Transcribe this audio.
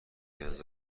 نیاز